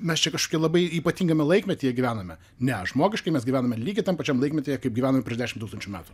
mes čia kažkokiam labai ypatingame laikmetyje gyvename ne žmogiškai mes gyvename lygiai tam pačiam laikmetyje kaip gyvenom prieš dešim tūkstančių metų